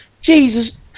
Jesus